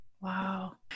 Wow